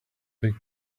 big